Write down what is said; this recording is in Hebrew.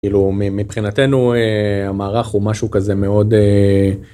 כאילו מבחינתנו המערך הוא משהו כזה מאוד.